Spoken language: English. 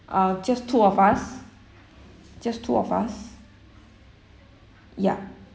ah just two of us just two of us ya